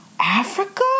Africa